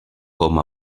com